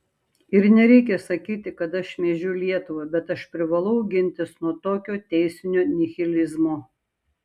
ir nereikia sakyti kad aš šmeižiu lietuvą bet aš privalau gintis nuo tokio teisinio nihilizmo